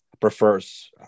prefers